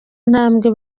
intambwe